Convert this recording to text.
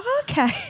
Okay